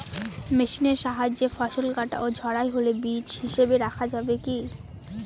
মেশিনের সাহায্যে ফসল কাটা ও ঝাড়াই হলে বীজ হিসাবে রাখা যাবে কি?